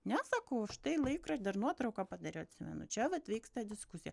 ne sakau štai laikra dar nuotrauką padariau atsimenu čia vat vyksta diskusija